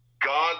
God